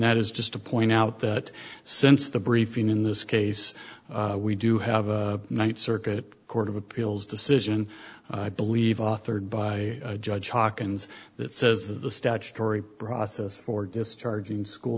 that is just to point out that since the briefing in this case we do have a ninth circuit court of appeals decision i believe authored by judge hawkins that says that the statutory process for discharging school